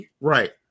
right